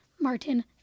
Martin